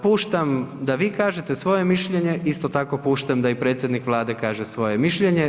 Puštam da vi kažete svoje mišljenje, isto tako puštam da i predsjednik Vlade kaže svoje mišljenje.